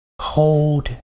hold